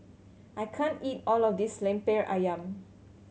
I can't eat all of this Lemper Ayam